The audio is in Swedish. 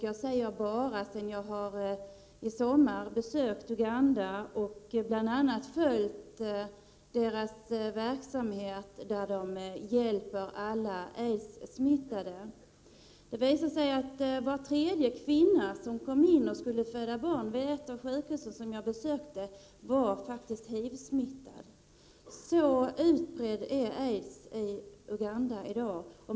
Jag säger bara, eftersom jag i sommar har besökt Uganda och bl.a. följt verksamheten när det gäller att hjälpa aidssmittade. Det visade sig att var tredje kvinna som kom in och skulle föda barn vid ett av de sjukhus som jag besökte faktiskt var HIV-smittad. Så utbredd är aids i Uganda i dag.